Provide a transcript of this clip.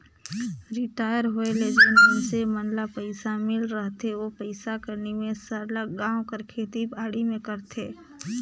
retire होए ले जेन मइनसे मन ल पइसा मिल रहथे ओ पइसा कर निवेस सरलग गाँव कर खेती बाड़ी में करथे